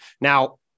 Now